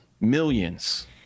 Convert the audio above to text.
millions